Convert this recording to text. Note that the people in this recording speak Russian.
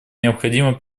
необходимо